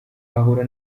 ahura